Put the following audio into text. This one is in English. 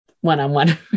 one-on-one